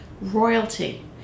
royalty